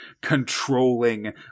controlling